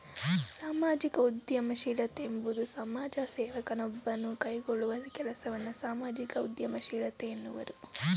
ಸಾಮಾಜಿಕ ಉದ್ಯಮಶೀಲತೆ ಎಂಬುವುದು ಸಮಾಜ ಸೇವಕ ನೊಬ್ಬನು ಕೈಗೊಳ್ಳುವ ಕೆಲಸವನ್ನ ಸಾಮಾಜಿಕ ಉದ್ಯಮಶೀಲತೆ ಎನ್ನುವರು